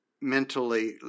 mentally